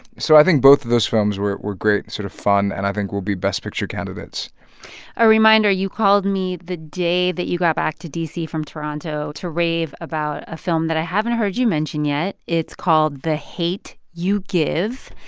so i think both of those films were were great and sort of fun and i think will be best picture candidates a reminder you called me the day that you got back to d c. from toronto to rave about a film that i haven't heard you mention yet. it's called the hate u give,